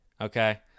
Okay